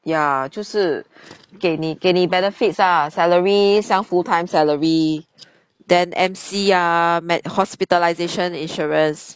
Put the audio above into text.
ya 就是给你给你 benefits ah salary some full time salary than M_C ah med~ hospitalisation insurance